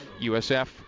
USF